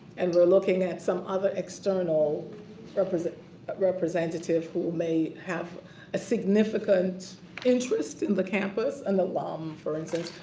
and we're looking at some other external representative representative who may have a significant interest in the campus, an alum, for instance,